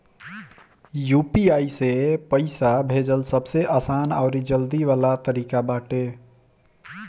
UPI से पईसा भेजल सबसे आसान अउरी जल्दी वाला तरीका बाटे